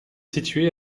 située